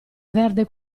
verde